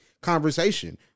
conversation